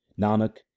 Nanak